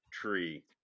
tree